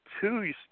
two